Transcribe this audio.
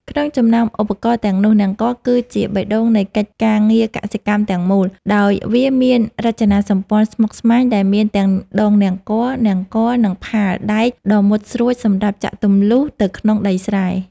ក្នុងចំណោមឧបករណ៍ទាំងនោះ នង្គ័លគឺជាបេះដូងនៃកិច្ចការងារកសិកម្មទាំងមូល ដោយវាមានរចនាសម្ព័ន្ធស្មុគស្មាញដែលមានទាំងដងនង្គ័ល នង្គ័ល និងផាលដែកដ៏មុតស្រួចសម្រាប់ចាក់ទម្លុះទៅក្នុងដីស្រែ។